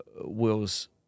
Will's